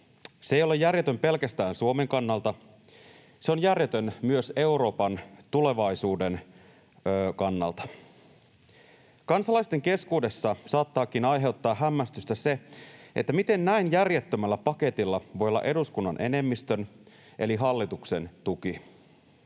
Se ei ole järjetön pelkästään Suomen kannalta, se on järjetön myös Euroopan tulevaisuuden kannalta. Kansalaisten keskuudessa saattaakin aiheuttaa hämmästystä se, miten näin järjettömällä paketilla voi olla eduskunnan enemmistön eli hallituksen tuki.